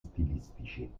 stilistici